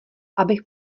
abych